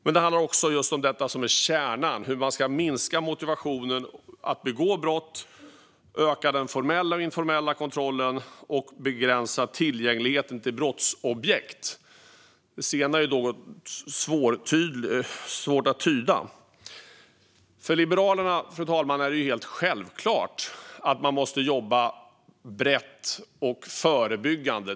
Men det handlar också om det som är kärnan: hur man ska minska motivationen att begå brott, öka den formella och informella kontrollen och begränsa tillgängligheten till brottsobjekt. Det senare är något svårt att tyda. Fru talman! För Liberalerna är det helt självklart att man måste jobba brett och förebyggande.